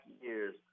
years